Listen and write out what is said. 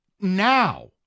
now